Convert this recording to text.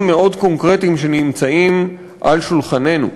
מאוד קונקרטיים שנמצאים על שולחננו.